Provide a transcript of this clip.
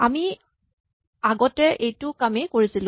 আমি আগতে এইটো কামেই কৰিছিলো